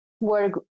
work